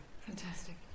Fantastic